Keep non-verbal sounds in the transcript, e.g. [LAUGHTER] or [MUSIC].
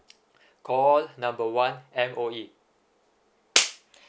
call number one M_O_E [NOISE]